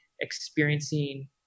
experiencing